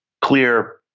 clear